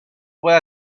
puede